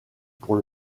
pour